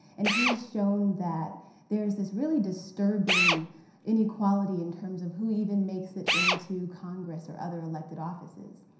and he's shown that there's this really disturbing inequality in terms of who even makes it into congress, or other elected offices.